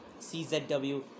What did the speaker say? CZW